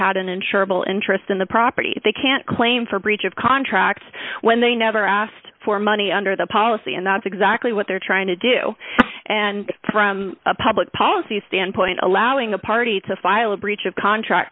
will interest in the property they can't claim for breach of contract when they never asked for money under the policy and that's exactly what they're trying to do and from a public policy standpoint allowing a party to file a breach of contract